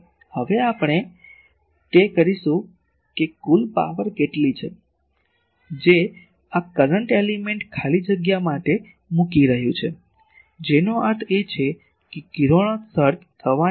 તેથી હવે આપણે તે કરીશું કે કુલ પાવર કેટલી છે જે આ કરંટ એલીમેન્ટ ખાલી જગ્યા માટે મૂકી રહ્યું છે તેનો અર્થ એ છે કે કિરણોત્સર્ગ થવાની કુલ રકમ કેટલી છે